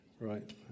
Right